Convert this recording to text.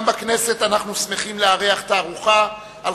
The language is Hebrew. גם בכנסת אנחנו שמחים לארח תערוכה על